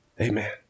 Amen